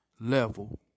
level